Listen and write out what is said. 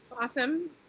awesome